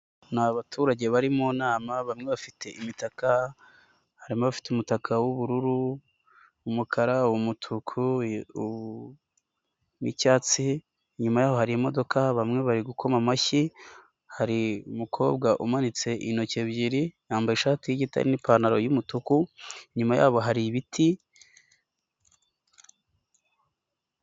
Ni abaturage bari mu nama bamwe bafite imitaka, bafite umutaka w'ubururu, umukara, umutuku n'icyatsi, inyuma yaho hari imodoka bamwe bari gukoma amashyi, hari umukobwa umanitse intoki ebyiri yambaye ishati y'igita n'ipantaro y'umutuku inyuma yabo hari ibiti.